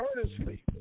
earnestly